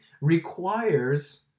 requires